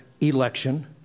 election